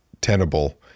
tenable